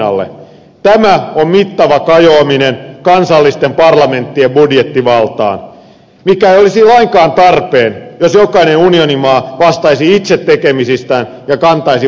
tämä on mittava kajoaminen kansallisten parlamenttien budjettivaltaan mikä ei olisi lainkaan tarpeen jos jokainen unionimaa vastaisi itse tekemisistään ja kantaisi vastuunsa itse